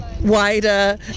wider